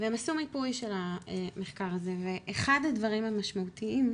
והם עשו מיפוי של המחקר הזה ואחד הדברים המשמעותיים,